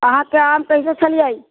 अहाँके आम कैसे छलियै